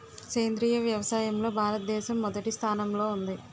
సేంద్రీయ వ్యవసాయంలో భారతదేశం మొదటి స్థానంలో ఉంది